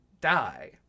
die